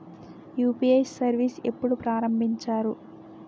UPI service ఎప్పుడు ప్రారంభించారు?